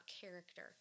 character